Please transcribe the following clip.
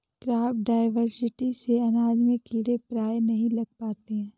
crop diversity से अनाज में कीड़े प्रायः नहीं लग पाते हैं